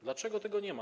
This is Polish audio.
Dlaczego tego nie ma?